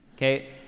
Okay